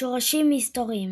שורשים היסטוריים